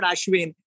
Ashwin